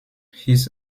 his